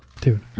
Dude